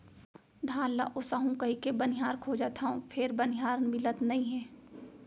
धान ल ओसाहू कहिके बनिहार खोजत हँव फेर बनिहार मिलत नइ हे